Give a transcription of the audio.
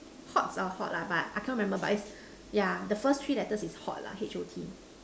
hots or hot lah but I can't remember but is yeah the first three letter is hot lah H_O_T